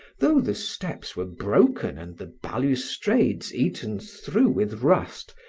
though the steps were broken and the balustrades eaten through with rust,